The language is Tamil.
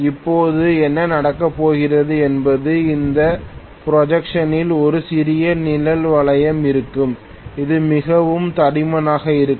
இப்போது என்ன நடக்கப் போகிறது என்பது இந்த புரோட்ரஷனில் ஒரு சிறிய நிழல் வளையம் இருக்கும் இது மிகவும் தடிமனாக இருக்கும்